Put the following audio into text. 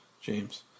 James